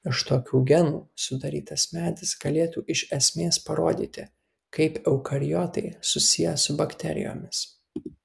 iš tokių genų sudarytas medis galėtų iš esmės parodyti kaip eukariotai susiję su bakterijomis